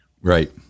Right